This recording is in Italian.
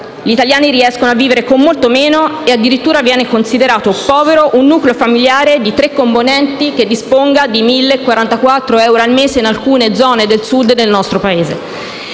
Gli italiani riescono a vivere con molto meno e addirittura viene considerato povero un nucleo familiare di tre componenti che disponga di 1.044 euro al mese in alcune zone del Sud nel nostro Paese.